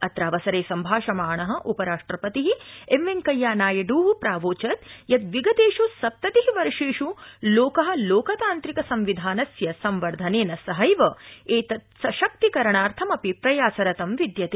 अत्रावसरे सम्भाषमाण उपराष्ट्रपति मे् वेंकैया नायड् प्रावोचत् विगतेष् सप्तति वर्षेष् देश लोकतान्त्रिक संविधानस्य संवर्धनेन सहैव उत्सशक्तिकरणार्थंमपि प्रयासरतं विद्यते